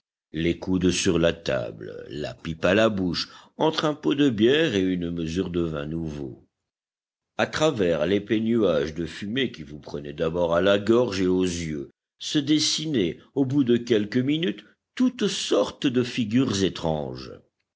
les coudes sur la table la pipe à la bouche entre un pot de bière et une mesure de vin nouveau à travers l'épais nuage de fumée qui vous prenait d'abord à la gorge et aux yeux se dessinaient au bout de quelques minutes toute sorte de figures étranges